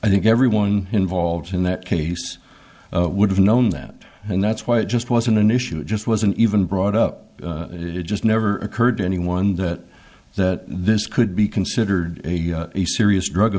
i think everyone involved in that case would have known that and that's why it just wasn't an issue it just wasn't even brought up it just never occurred to anyone that that this could be considered a serious drug